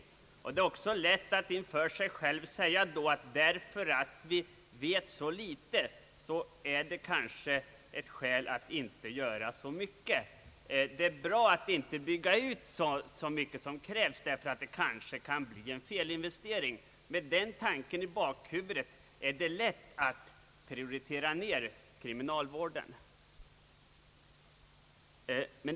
Det är då också lätt att säga att det förhållandet utgör ett skäl att inte göra så mycket. Det kanske kan bli en felinvestering. Med den tanken i bakhuvudet ligger det nära till hands att ge kriminalvården en lägre prioritering.